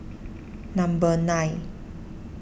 number nine